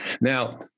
Now